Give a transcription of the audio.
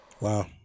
Wow